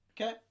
Okay